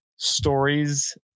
stories